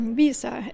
viser